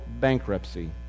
bankruptcy